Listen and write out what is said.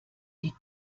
die